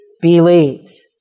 believes